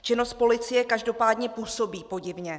Činnost policie každopádně působí podivně.